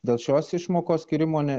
dėl šios išmokos skyrimo ne